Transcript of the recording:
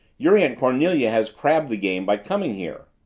your aunt cornelia has crabbed the game by coming here.